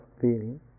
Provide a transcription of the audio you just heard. feeling